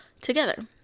together